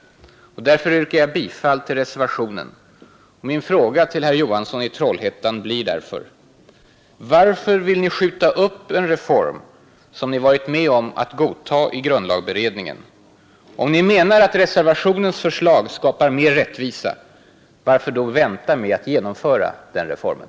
Därför yrkar jag bifall till reservationen. Min fråga till herr Johansson i Trollhättan blir: Varför vill ni skjuta upp den reform, som ni varit med om att godta i grundlagberedningen? Om ni menar att reservationens förslag skapar mer rättvisa varför då vänta med att genomföra den reformen?